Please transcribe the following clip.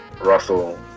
Russell